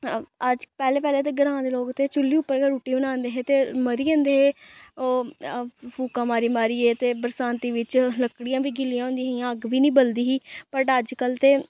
अज्ज पैह्लें पैह्लें ते ग्रां दे लोक ते चु'ल्ली उप्पर गै रुट्टी बनांदे हे ते मरी जंदे हे ओह् फूकां मारी मारियै ते बरसांती बिच्च ते लकड़ियां बी गिल्लियां होंदियां हियां अग्ग बी निं बलदी ही बट अजकल्ल ते